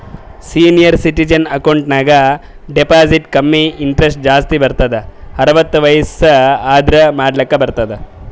senior citizen account ನಾಗ್ deposit ಕಮ್ಮಿ interest ಜಾಸ್ತಿ ಬರ್ತುದ್ ಅರ್ವತ್ತ್ ವಯಸ್ಸ್ ಆದೂರ್ ಮಾಡ್ಲಾಕ ಬರ್ತುದ್